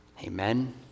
Amen